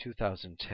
2010